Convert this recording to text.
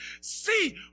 see